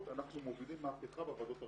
אנחנו מובילים מהפכה בוועדות הרפואיות.